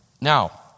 Now